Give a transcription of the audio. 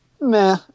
meh